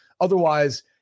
Otherwise